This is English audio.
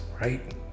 right